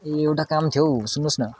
ए एउटा काम थियो हौ सुन्नुहोस् न